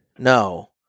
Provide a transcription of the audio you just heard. No